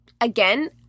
again